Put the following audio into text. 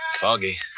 Foggy